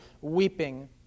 weeping